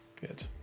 Good